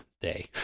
day